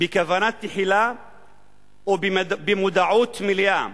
בכוונה תחילה ובמודעות מלאה,